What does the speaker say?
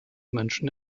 menschen